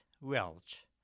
Welch